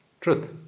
truth